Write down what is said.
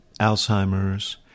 alzheimer's